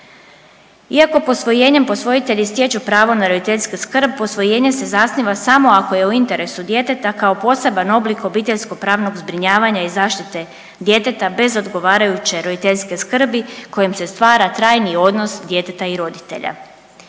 Iako posvojenjem posvojitelji stječu pravo na roditeljsku skrb posvojenje se zasniva samo ako je u interesu djeteta kao poseban oblik obiteljsko-pravnog zbrinjavanja i zaštite djeteta bez odgovarajuće roditeljske skrbi kojim se stvara trajni odnos djeteta i roditelja.